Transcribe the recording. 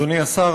אדוני השר,